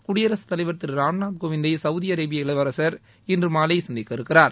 குடியரசுத் தலைவர் திரு ராம்நாத் கோவிந்தை சவூதி இளவரசர் இன்று மாலை சந்திக்க இருக்கிறார்